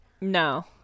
No